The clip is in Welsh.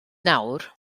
nawr